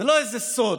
זה לא איזה סוד.